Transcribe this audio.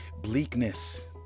Bleakness